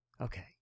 Okay